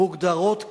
מוגדרות כעניות.